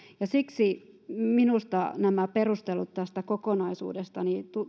ja siksi minusta nämä perustelut kokonaisuudesta